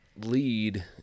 lead